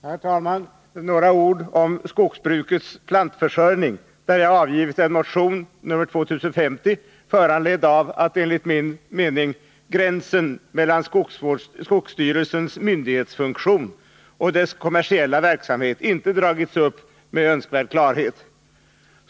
Herr talman! Några ord om skogsbrukets plantförsörjning, där jag avgivit en motion 2050, föranledd av att enligt min mening gränsen mellan skogsstyrelsens myndighetsfunktion och dess kommersiella verksamhet inte dragits upp med önskvärd klarhet.